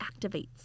activates